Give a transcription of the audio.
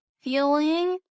feeling